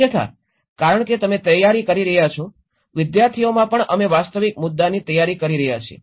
અન્યથા કારણ કે તમે તૈયારી કરી રહ્યાં છો વિદ્યાર્થીઓમાં પણ અમે વાસ્તવિક મુદ્દાઓની તૈયારી કરી રહ્યા છીએ